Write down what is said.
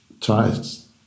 tries